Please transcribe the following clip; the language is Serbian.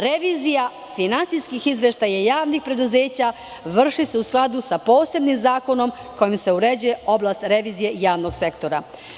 Revizija finansijskih izveštaja javnih preduzeća vrši se u skladu sa posebnim zakonom kojim se uređuje oblast revizije javnog sektora.